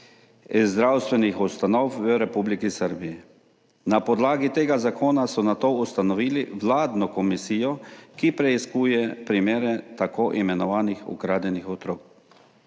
zdravstvenih ustanov v Republiki Srbiji. Na podlagi tega zakona so nato ustanovili vladno komisijo, ki preiskuje primere tako imenovanih ukradenih otrok.